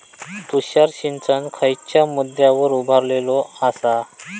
तुषार सिंचन खयच्या मुद्द्यांवर उभारलेलो आसा?